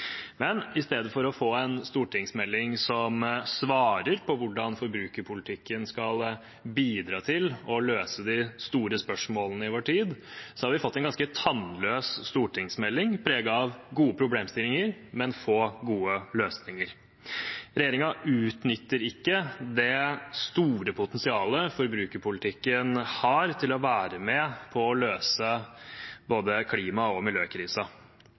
Men i stedet for å få en stortingsmelding som svarer på hvordan forbrukerpolitikken skal bidra til å løse de store spørsmålene i vår tid, har vi fått en ganske tannløs stortingsmelding, preget av gode problemstillinger, men få gode løsninger. Regjeringen utnytter ikke det store potensialet forbrukerpolitikken har til å være med på å løse både klima- og